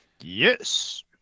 Yes